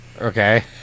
Okay